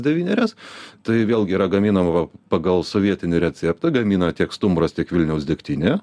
devynerias tai vėlgi yra gaminama pagal sovietinį receptą gamino tiek stumbras tiek vilniaus degtinė